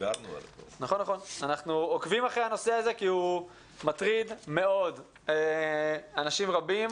אנחנו עוקבים אחרי הנושא הזה כי הוא מטריד מאוד אנשים רבים.